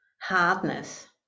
hardness